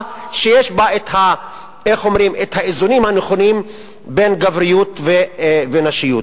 שיש בה האיזונים הנכונים בין גבריות לנשיות.